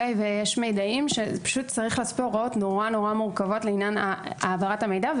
ויש מידע שצריך לעשות פה הוראות מורכבות נורא לעניין העברת המידע.